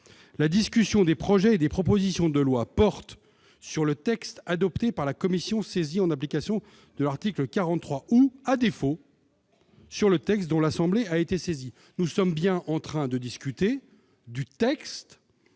la discussion des projets, des propositions de loi porte sur le texte adopté par la commission, saisie en application de l'article 43 ou à défaut sur le texte dont l'assemblée a été saisi, nous sommes bien en train de discuter du texte